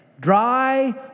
dry